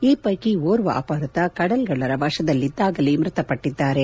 ಈ ಪೈಕಿ ಓರ್ವ ಅಪಹೃತ ಕಡಲ್ಗಳ್ಳರ ವಶದಲ್ಲಿದ್ದಾಗಲೇ ಮೃತಪಟ್ಟದ್ದಾರೆ